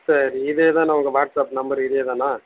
சரி இதே தானா உங்கள் வாட்ஸ்அப் நம்பர் இதே தானா